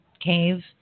cave